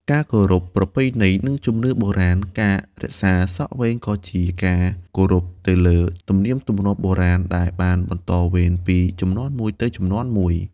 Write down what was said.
ការគោរពប្រពៃណី និងជំនឿបុរាណ ការរក្សាសក់វែងក៏ជាការ គោរពទៅលើទំនៀមទម្លាប់បុរាណ ដែលបានបន្តវេនពីជំនាន់មួយទៅជំនាន់មួយ។